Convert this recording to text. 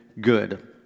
good